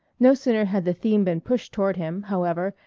no sooner had the theme been pushed toward him, however,